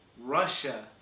Russia